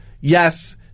Yes